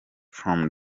from